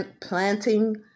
planting